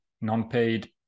non-paid